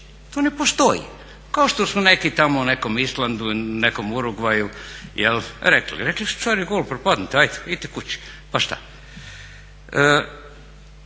to ne postoji. Kao što su neki tamo u nekom Islandu, nekom Urugvaju rekli, rekli su car je gol, propadnut, ajde, idite kući, pa šta.